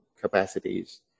capacities